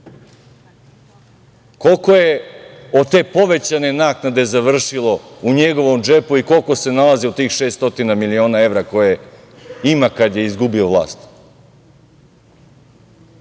Koliko je to od te povećane naknade završilo u njegovom džepu i koliko se nalazi u tih 600 miliona evra koje ima kada je izgubio vlast? Pa,